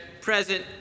present